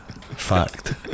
fact